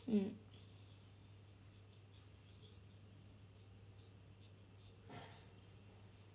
mm